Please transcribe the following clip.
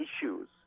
issues